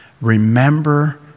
remember